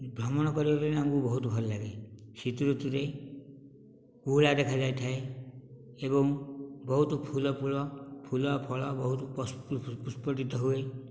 ଭ୍ରମଣ କରିବାପାଇଁ ଆମକୁ ବହୁତ ଭଲ ଲାଗେ ଶୀତ ଋତୁରେ କୁହୁଡ଼ା ଦେଖାଯାଇଥାଏ ଏବଂ ବହୁତ ଫୁଲ ଫୁଲ ଫୁଲ ଫଳ ବହୁତ ପୁଷ୍ପଟିତ ହୁଏ